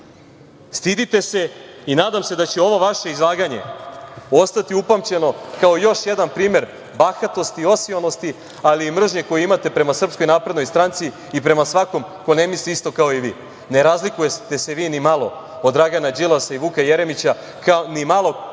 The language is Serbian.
nasilje. Stidite se i nadam se da će ovo vaše izlaganje ostati upamćeno, kao još jedan primer bahatosti, osionosti, ali i mržnje koju imate prema SNS i prema svakom ko ne misli isto kao i vi. Ne razlikujete se vi ni malo od Dragana Đilasa i Vuka Jeremića, kao ni malo od